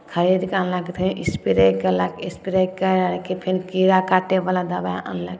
खरीदके अनलक फेर एस्प्रे कएलक एस्प्रे कै के फेन कीड़ा काटैवला दवाइ अनलक